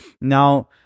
Now